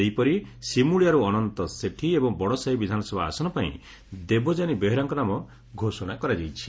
ସେହିପରି ସିମ୍ଳିଆର୍ ଅନନ୍ତ ସେଠୀ ଏବଂ ବଡ଼ସାହି ବିଧାନସଭା ଆସନ ପାଇଁ ଦେବଯାନୀ ବେହେରାଙ୍କ ନାମ ଘୋଷଣା କରାଯାଇଛି